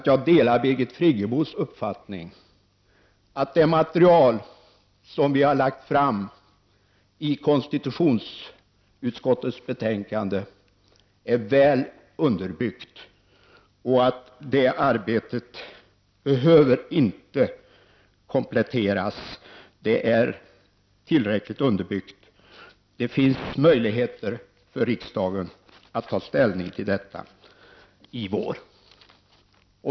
Jag delar Birgit Friggebos uppfattning att det material som vi har lagt fram i konstitutionsutskottets betänkande är väl underbyggt och att det arbetet inte behöver kompletteras. Det är, som sagt, tillräckligt underbyggt. Det finns möjligheter för riksdagen att ta ställning till detta i vår.